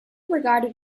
regarded